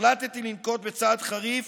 החלטתי לנקוט צעד חריף